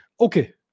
Okay